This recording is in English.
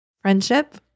friendship